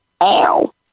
Ow